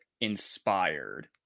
inspired